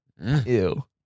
Ew